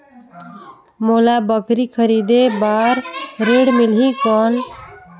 मोला बकरी खरीदे बार ऋण मिलही कौन?